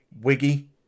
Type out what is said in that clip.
Wiggy